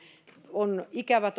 on ikävä